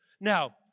Now